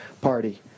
party